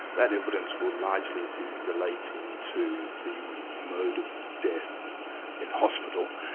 that evidence will largely be relating to the mode of death in hospital,